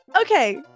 Okay